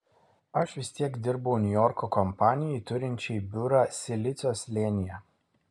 aš vis tiek dirbau niujorko kompanijai turinčiai biurą silicio slėnyje